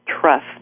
Trust